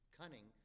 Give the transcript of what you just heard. cunning